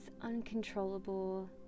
uncontrollable